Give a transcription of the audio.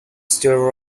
still